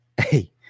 Hey